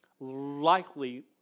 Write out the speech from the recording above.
likely